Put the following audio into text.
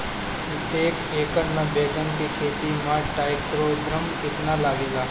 प्रतेक एकर मे बैगन के खेती मे ट्राईकोद्रमा कितना लागेला?